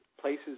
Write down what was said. places